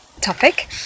topic